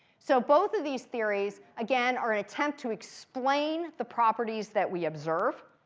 so both of these theories, again, are an attempt to explain the properties that we observe.